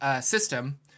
system